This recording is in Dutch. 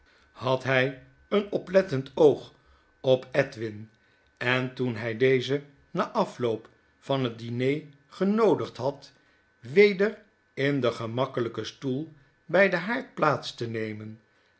had hy een oplettend oog op jdwin en toen hy dezen na den afloop van het diner genoodigd had weder in den gemakkelyken stoel by den haard plaats te nemen